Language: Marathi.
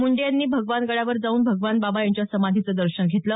मुंडे यांनी भगवान गडावर जाऊन भगवान बाबा यांच्या समाधीचं दर्शन घेतलं